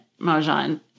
Mojan